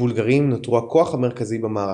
הבולגרים נותרו הכוח המרכזי במערכה,